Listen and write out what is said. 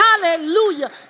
Hallelujah